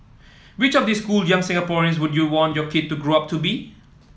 which of these cool young Singaporeans would you want your kid to grow up to be